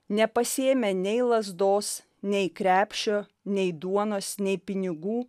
nepasiėmę nei lazdos nei krepšio nei duonos nei pinigų